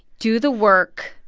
do the work,